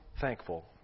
thankful